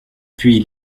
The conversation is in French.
puis